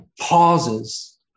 pauses